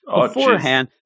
beforehand